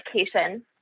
education